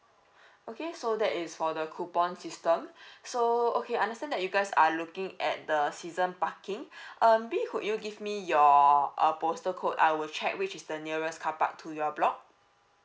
okay so that is for the coupons system so okay understand that you guys are looking at the season parking uh maybe could you give me your uh postal code I will check which is the nearest carpark to your block